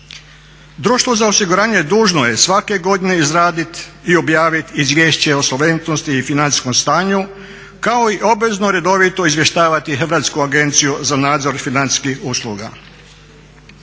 Društvo za osiguranje dužno je svake godine izraditi i objaviti Izvješće o solventnosti i financijskom stanju kao i obvezno redovito izvještavati Hrvatsku agenciju za nadzor financijskih usluga.